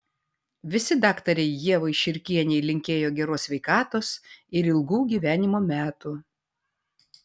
visi daktarei ievai širkienei linkėjo geros sveikatos ir ilgų gyvenimo metų